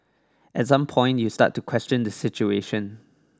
at some point you start to question the situation